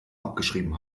abgeschrieben